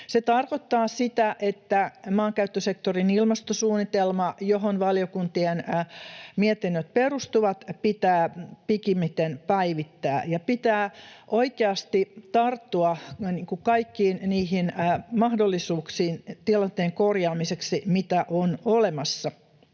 Se tarkoittaa sitä, että maankäyttösektorin ilmastosuunnitelma, johon valiokuntien mietinnöt perustuvat, pitää pikimmiten päivittää ja pitää oikeasti tarttua tilanteen korjaamiseksi kaikkiin niihin mahdollisuuksiin, mitä on olemassa.